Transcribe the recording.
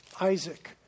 Isaac